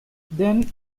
then